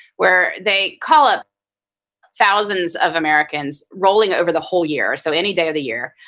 where they call up thousands of americans rolling over the whole year. so any day of the year.